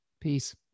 Peace